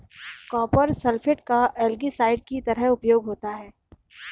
copper sulphate का algicide की तरह उपयोग होता है